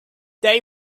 they